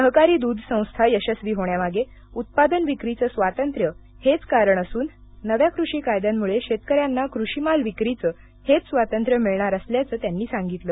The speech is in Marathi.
सहकारी दूध संस्था यशस्वी होण्यामागे उत्पादन विक्रीचं स्वातंत्र्य हेच कारण असून नावू कृषी कायद्यांमुळे शेतकऱ्यांना कृषिमाल विक्रीचं हेच स्वातंत्र्य मिळणार असल्याचं त्यांनी सांगितलं